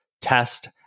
test